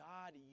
God